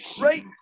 right